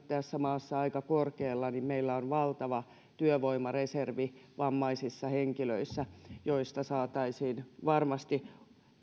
tässä maassa aika korkealla meillä on valtava työvoimareservi vammaisissa henkilöissä joista saataisiin varmasti